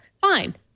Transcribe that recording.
fine